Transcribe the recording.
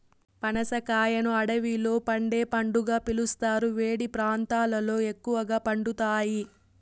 పనస కాయను అడవిలో పండే పండుగా పిలుస్తారు, వేడి ప్రాంతాలలో ఎక్కువగా పండుతాయి